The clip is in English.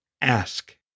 ask